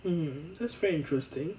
hmm that's very interesting